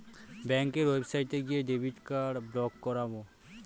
ব্যাঙ্কের ওয়েবসাইটে গিয়ে ডেবিট কার্ড ব্লক করাবো